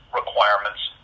requirements